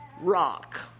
rock